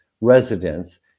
residents